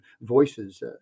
voices